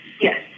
Yes